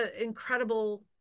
incredible